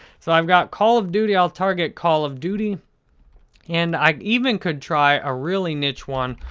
so, i've got call of duty, i'll target call of duty and i even could try a really niche one,